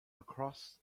across